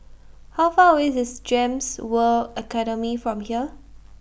How Far away IS Gems World Academy from here